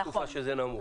ותקופה שזה נמוך.